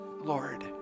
Lord